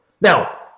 now